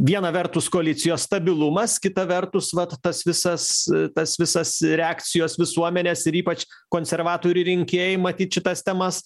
viena vertus koalicijos stabilumas kita vertus vat tas visas tas visas reakcijos visuomenės ir ypač konservatorių rinkėjai matyt šitas temas